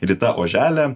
rita ožele